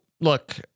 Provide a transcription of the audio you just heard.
look